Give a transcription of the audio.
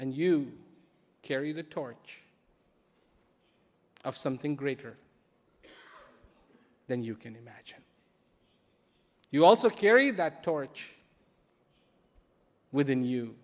and you carry the torch of something greater than you can imagine you also carry that torch within you